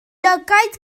lygaid